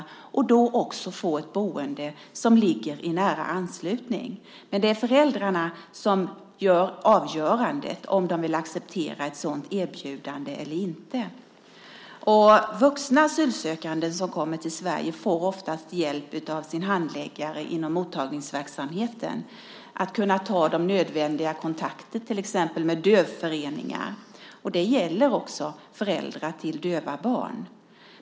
De har då också rätt att få ett boende som ligger i nära anslutning till skolan. Men det är föräldrarna som avgör om de vill acceptera ett sådant erbjudande eller inte. Vuxna asylsökande som kommer till Sverige får oftast hjälp av sin handläggare inom mottagningsverksamheten. Det gäller till exempel hjälp med att ta de nödvändiga kontakterna med dövföreningar. Det gäller också föräldrar till döva barn.